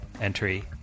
entry